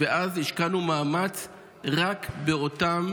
ואז השקענו מאמץ רק באותם